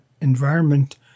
environment